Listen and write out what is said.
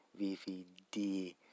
VVD